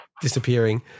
disappearing